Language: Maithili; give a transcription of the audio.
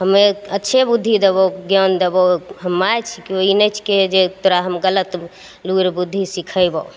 हमे अच्छे बुद्धि दबो ज्ञान दबो हम माय छिकियौ ई नहि छिके जे तोरा हम गलत लुरि बुद्धि सिखयबो